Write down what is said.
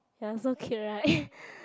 ya so cute right